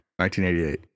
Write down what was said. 1988